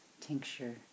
tincture